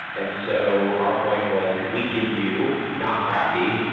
and so our point was could we give you not crappy,